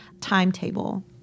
timetable